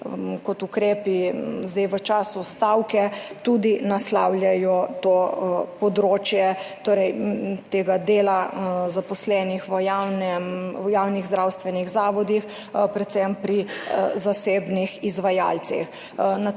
kot ukrepe zdaj v času stavke, naslavljajo to področje, torej tega dela zaposlenih v javnih zdravstvenih zavodih, predvsem pri zasebnih izvajalcih.